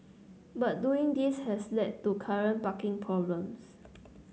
but doing this has led to current parking problems